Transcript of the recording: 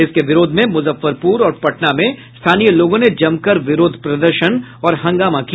इसके विरोध में मुजफ्फरपुर और पटना में स्थानीय लोगों ने जमकर विरोध प्रदर्शन और हंगामा किया